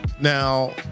Now